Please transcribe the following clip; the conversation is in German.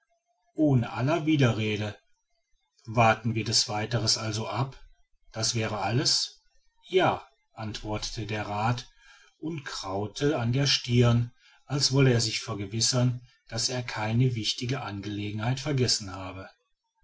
ohne alle widerrede warten wir das weitere also ab das wäre alles ja antwortete der rath und kraute an der stirn als wolle er sich vergewissern daß er keine wichtige angelegenheit vergessen habe